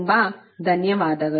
ತುಂಬ ಧನ್ಯವಾದಗಳು